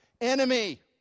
Enemy